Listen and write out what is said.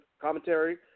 commentary